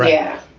yeah.